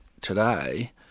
today